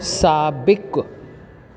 साबिक़ु